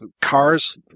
cars